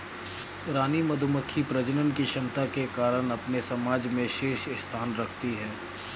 रानी मधुमक्खी प्रजनन की क्षमता के कारण अपने समाज में शीर्ष स्थान रखती है